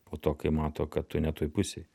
po to kai mato kad tu ne toj pusėj